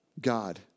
God